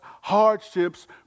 hardships